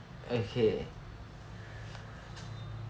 okay